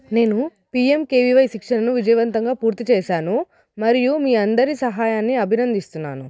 నేను పిఎంకేవివై శిక్షణను విజయవంతంగా పూర్తి చేశాను మరియు మీ అందరి సహాయాన్ని అభినందిస్తున్నాను